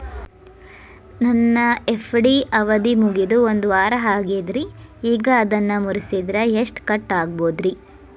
ನನ್ನ ಎಫ್.ಡಿ ಅವಧಿ ಮುಗಿದು ಒಂದವಾರ ಆಗೇದ್ರಿ ಈಗ ಅದನ್ನ ಮುರಿಸಿದ್ರ ಎಷ್ಟ ಕಟ್ ಆಗ್ಬೋದ್ರಿ?